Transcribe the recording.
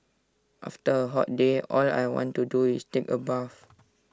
after A hot day all I want to do is take A bath